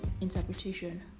interpretation